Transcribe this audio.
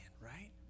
right